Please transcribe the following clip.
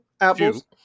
apples